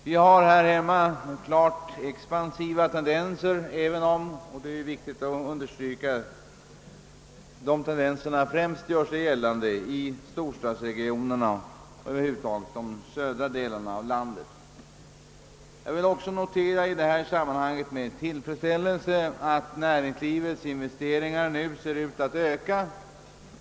Vi har här hemma klart expansiva tendenser även om — och det är viktigt att understryka — dessa främst gör sig gällande i storstadsregionerna och över huvud taget i de södra delarna av landet. Jag vill också i detta sammanhang med tillfredsställelse notera att näringslivets investeringar nu ser ut att öka.